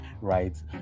right